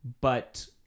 but-